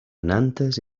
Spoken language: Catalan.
nantes